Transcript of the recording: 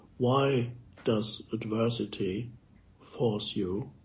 why does adversity force you?